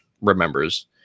remembers